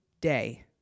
day